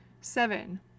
Seven